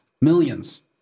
Millions